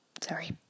Sorry